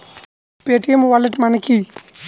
Paytm wallet মানে কি?